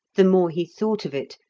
the more he thought of it,